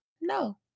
no